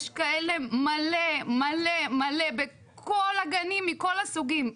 יש כאלה מלא, מלא מלא בכל הגנים מכל הסוגים.